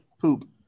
poop